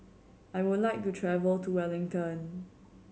I would like to travel to Wellington